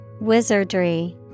Wizardry